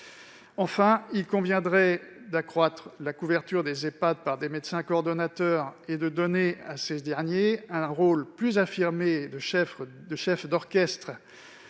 Enfin, il conviendrait d'accroître la couverture des Ehpad par des médecins coordonnateurs, de donner à ces derniers un rôle plus affirmé de chef d'orchestre